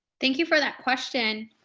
thank you for that question,